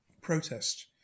protest